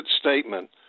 statement